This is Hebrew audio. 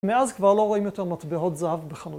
מאז כבר לא רואים יותר מטבעות זהב בחנו...